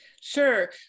Sure